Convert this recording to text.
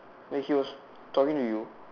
and he was talking to you